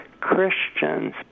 Christians